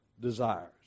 desires